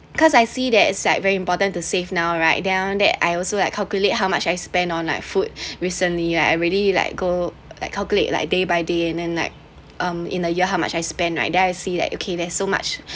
because I see that is like very important to save now right then I also like calculate how much I spend on like food recently right I really like go like calculate like day by day and then like um in a year how much I spend like then I see like okay there's so much